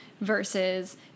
versus